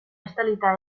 estalita